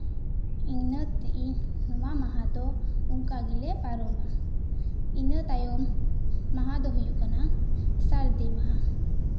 ᱱᱚᱶᱟ ᱢᱟᱦᱟ ᱫᱚ ᱚᱱᱠᱟ ᱜᱮᱞᱮ ᱯᱟᱞᱚᱱᱟ ᱤᱱᱟᱹ ᱛᱟᱭᱚᱢ ᱢᱟᱦᱟ ᱫᱚ ᱦᱩᱭᱩᱜ ᱠᱟᱱᱟ ᱥᱟᱹᱨᱫᱤ ᱢᱟᱦᱟ